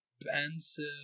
expensive